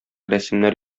рәсемнәр